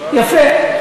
יפה.